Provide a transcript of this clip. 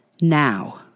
Now